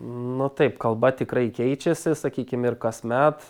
nu taip kalba tikrai keičiasi sakykim ir kasmet